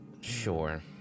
sure